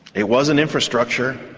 it wasn't infrastructure,